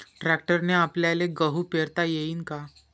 ट्रॅक्टरने आपल्याले गहू पेरता येईन का?